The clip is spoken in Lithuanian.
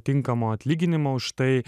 tinkamo atlyginimo už tai